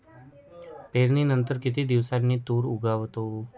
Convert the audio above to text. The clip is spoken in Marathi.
पेरणीनंतर किती दिवसांनी तूर उगवतो?